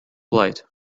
light